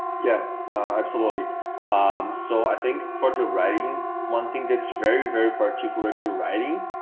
yeah absolutely um so i think for the writing one thing that's very very particular to writing,